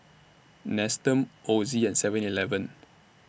Nestum Ozi and Seven Eleven